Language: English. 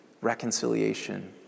reconciliation